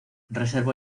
reservó